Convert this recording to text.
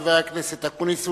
חבר הכנסת אקוניס,